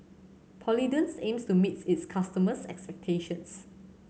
Polident aims to meet its customers' expectations